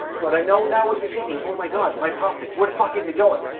but i know now what you're thinking. oh my god my profit. what fuck is it going?